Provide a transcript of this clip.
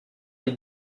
est